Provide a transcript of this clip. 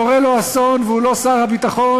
קורה לו אסון והוא לא שר הביטחון,